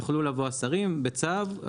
יוכלו לבוא השרים בצו,